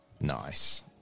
Nice